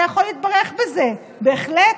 אתה יכול להתברך בזה, בהחלט.